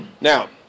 Now